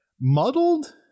muddled